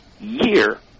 year